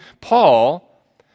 Paul